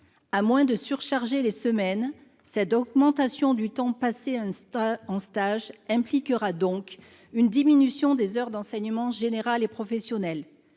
À moins de surcharger les semaines, cette augmentation du temps passé en stage impliquera une diminution des heures d'enseignement général et professionnel